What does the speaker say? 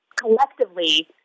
collectively